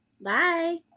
Bye